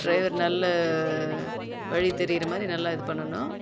driver நல்ல வழி தெரிகிற மாதிரி நல்லா இது பண்ணணும்